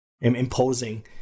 imposing